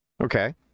Okay